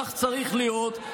כך צריך להיות,